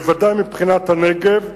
בוודאי מבחינת הנגב,